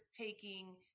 taking